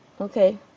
Okay